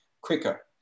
quicker